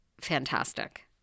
fantastic